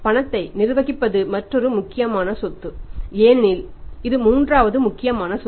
பணத்தை நிர்வகிப்பது மற்றொரு மிக முக்கியமான சொத்து ஏனெனில் இது மூன்றாவது முக்கியமான சொத்து